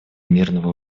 мирного